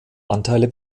anteile